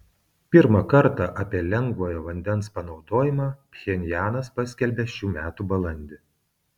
pirmą kartą apie lengvojo vandens panaudojimą pchenjanas paskelbė šių metų balandį